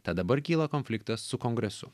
tad dabar kyla konfliktas su kongresu